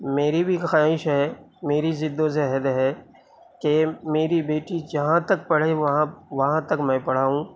میری بھی خواہش ہے میری جد و جہد ہے کہ میری بیٹی جہاں تک پڑھے وہاں وہاں تک میں پڑھاؤں